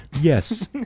Yes